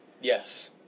Yes